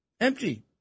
Empty